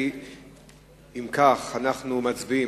אם כך, אנחנו מצביעים.